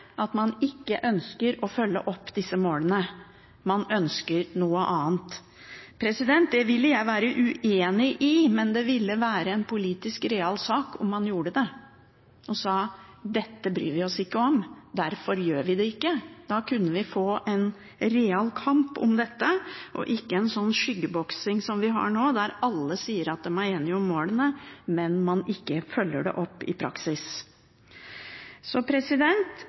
at man ikke ønsker å følge opp disse målene, man ønsker noe annet. Det ville jeg vært uenig i, men det ville være en politisk real sak om man gjorde det og sa at dette bryr vi oss ikke om, derfor gjør vi det ikke. Da kunne vi fått en real kamp om dette og ikke en sånn skyggeboksing som vi har nå, der alle sier at de er enige i målene, men ikke følger det opp i praksis.